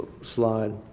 slide